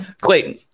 Clayton